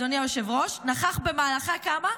אדוני היושב-ראש, נכח במהלכה כמה?